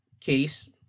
case